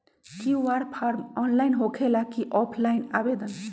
QR form online होकेला कि offline आवेदन?